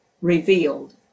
revealed